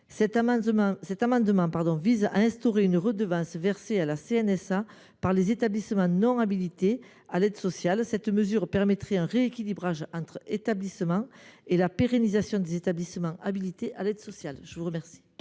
Cet amendement vise à instaurer une redevance versée à la CNSA par les établissements non habilités à l’aide sociale. Une telle mesure permettrait un rééquilibrage entre les établissements et la pérennisation des établissements habilités à l’aide sociale. La parole